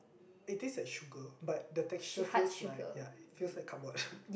it taste like sugar but the texture feels like ya it feels like cardboard